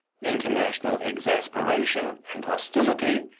international exasperation and hostility,